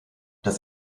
das